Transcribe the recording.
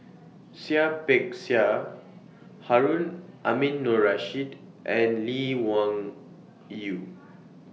Seah Peck Seah Harun Aminurrashid and Lee Wung Yew